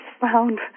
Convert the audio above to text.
found